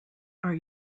are